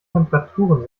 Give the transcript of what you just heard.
temperaturen